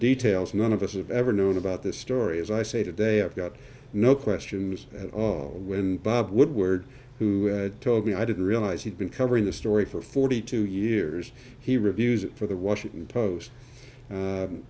details none of us have ever known about this story as i say today i've got no questions at all and bob woodward who told me i didn't realize he'd been covering the story for forty two years he reviews it for the washington post